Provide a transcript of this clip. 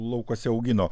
laukuose augino